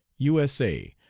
u s a,